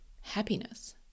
happiness